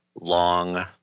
long